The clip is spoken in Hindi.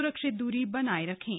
स्रक्षित दूरी बनाए रखें